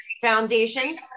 foundations